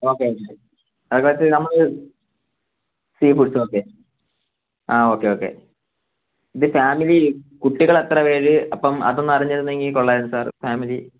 okay അതിനകത്ത് നമ്മൾ sea foods okay ആ ഓക്കെ ഓക്കെ ഇത് ഫാമിലി കുട്ടികൾ എത്ര പേർ അപ്പം അതൊന്ന് അറിഞ്ഞിരുന്നെങ്കിൽ കൊള്ളാമായിരുന്നു സാർ ഫാമിലി